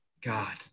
God